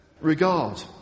regard